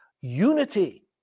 unity